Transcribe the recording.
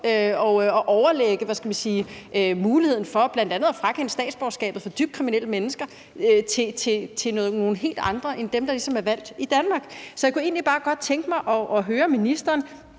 at overlade muligheden for bl.a. at frakende dybt kriminelle mennesker statsborgerskabet til nogle helt andre end dem, der ligesom er valgt i Danmark. Så jeg kunne egentlig bare godt tænke mig at høre ministeren